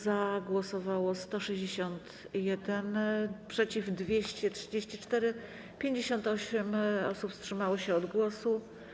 Za głosowało 161, przeciw - 234, 58 osób wstrzymało się od głosu.